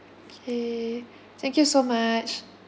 K thank you so much